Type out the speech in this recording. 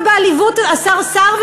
השר סער,